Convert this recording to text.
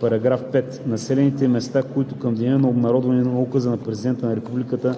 § 5. (1) Населените места, които към деня на обнародването на указа на президента на Републиката